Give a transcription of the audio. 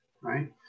right